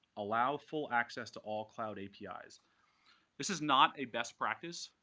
allow full access to all cloud apis. this is not a best practice.